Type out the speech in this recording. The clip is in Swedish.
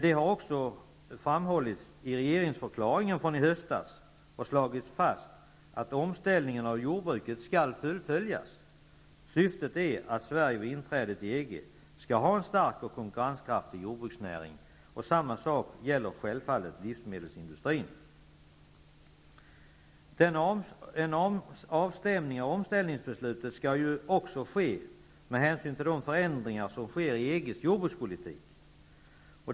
Det har också slagits fast i regeringsförklaringen från i höstas att omställningen av jordbruket skall fullföljas. Syftet är att Sverige vid inträdet i EG skall ha en stark och konkurrenskraftig jordbruksnäring. Samma sak gäller självfallet livsmedelsindustrin. En avstämning av omställningsbeslutet skall också ske med hänsyn till de förändringar som sker i EG:s jordbrukspolitik.